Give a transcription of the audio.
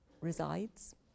resides